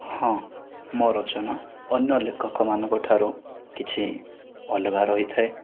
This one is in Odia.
ହଁ ମୋ' ରଚନା ଅନ୍ୟ ଲେଖକଙ୍କ ମାନଙ୍କଠାରୁ କିଛି ଅଲଗା ରହିଥାଏ